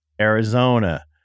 Arizona